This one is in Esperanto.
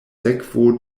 sekvo